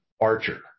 archer